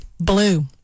Blue